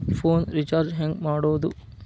Phone recharge ಹೆಂಗೆ ಮಾಡೋದು?